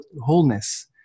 wholeness